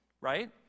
right